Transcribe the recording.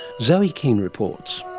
zoe kean reports.